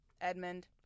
edmund